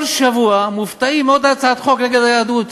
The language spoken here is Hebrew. כל שבוע מופתעים מעוד הצעת חוק נגד היהדות,